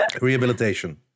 Rehabilitation